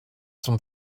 zum